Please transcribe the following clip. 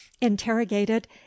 Interrogated